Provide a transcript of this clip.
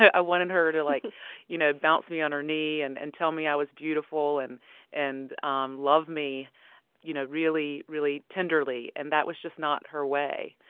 i wanted her to like you know bounce me on her knee, and and tell me i was beautiful, and and um love me you know really really tenderly. and that was just not her way.